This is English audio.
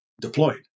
deployed